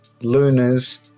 Lunas